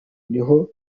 niho